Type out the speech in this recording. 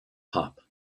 pop